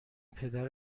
پدر